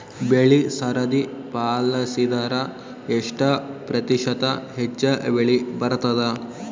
ಬೆಳಿ ಸರದಿ ಪಾಲಸಿದರ ಎಷ್ಟ ಪ್ರತಿಶತ ಹೆಚ್ಚ ಬೆಳಿ ಬರತದ?